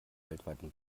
weltweiten